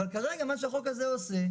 אבל כרגע מה שהחוק הזה עושה,